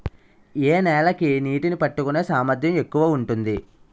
ఏ నేల కి నీటినీ పట్టుకునే సామర్థ్యం ఎక్కువ ఉంటుంది?